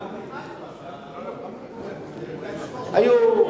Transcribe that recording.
גם בחיפה, היו,